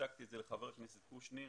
והצגתי את זה לחבר הכנסת קושניר,